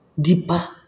deeper